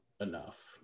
enough